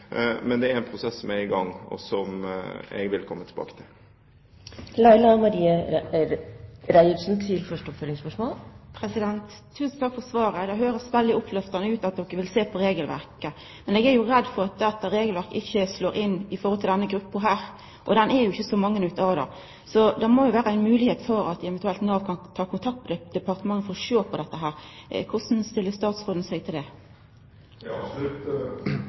Men det er en prosess som er i gang, og som jeg vil komme tilbake til. Tusen takk for svaret. Det høyrest veldig oppløftande ut at departementet vil sjå på regelverket. Men eg er redd for at dette regelverket ikkje slår inn når det gjeld denne gruppa, for det er jo ikkje så mange i ho. Så det må jo vera ei moglegheit for at eventuelt Nav kan ta kontakt med departementet for å sjå på dette. Korleis stiller statsråden seg til